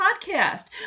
podcast